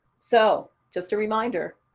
so just a reminder,